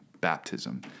baptism